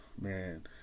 man